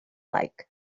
like